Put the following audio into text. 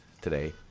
today